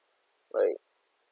like